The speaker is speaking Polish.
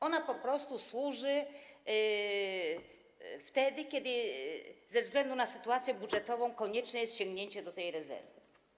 Ona po prostu służy wtedy, kiedy ze względu na sytuacje budżetową konieczne jest sięgnięcie do tej rezerwy.